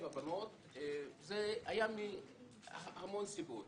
זה היה מהמון סיבות,